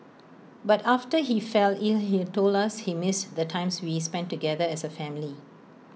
but after he fell ill he told us he missed the times we spent together as A family